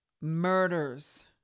murders